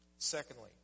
Secondly